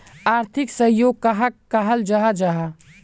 आर्थिक सहयोग कहाक कहाल जाहा जाहा?